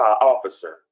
officer